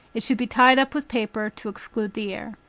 it should be tied up with paper to exclude the air.